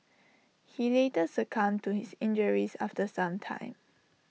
he later succumbed to his injuries after some time